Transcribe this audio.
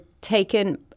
taken